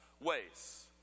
ways